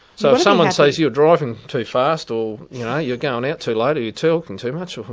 so if someone says you're driving too fast, or you know you're going out too late, or you're talking too much,